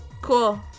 Cool